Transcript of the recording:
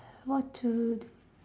what to do